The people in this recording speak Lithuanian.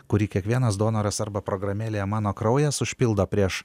kurį kiekvienas donoras arba programėlėje mano kraujas užpildo prieš